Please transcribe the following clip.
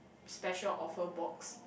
special offer box